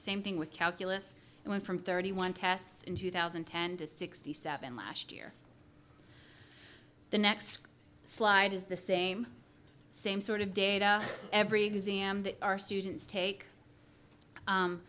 same thing with calculus and went from thirty one tests in two thousand and ten to sixty seven last year the next slide is the same same sort of data every exam that our students take